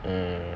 hmm